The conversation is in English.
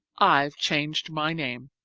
i've changed my name.